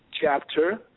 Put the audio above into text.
chapter